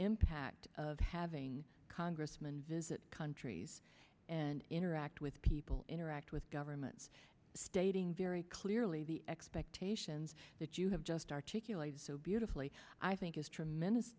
impact of having congressman visit countries and interact with people interact with governments stating very clear early the expectations that you have just articulated so beautifully i think is tremendous